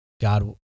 God